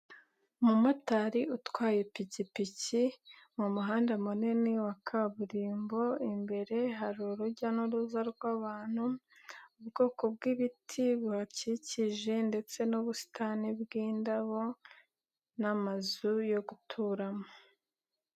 Umumotari utwaye ipikipiki mu muhanda munini wa kaburimbo, imbere hari urujya n'uruza rw'abantu, ubwoko bw'ibiti buhakikije ndetse n'ubusitani bw'indabo n'amazu yo guturamo.